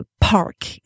park